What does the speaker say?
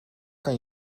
kan